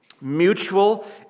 mutual